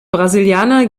brasilianer